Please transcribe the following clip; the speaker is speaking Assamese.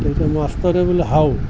তেতিয়া মাষ্টৰে বোলে হাও